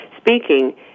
speaking